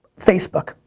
facebook.